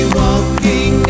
walking